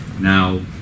Now